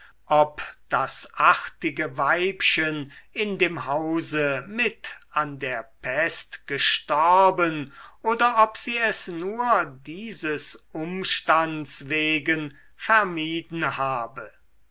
ob das artige weibchen in dem hause mit an der pest gestorben oder ob sie es nur dieses umstands wegen vermieden habe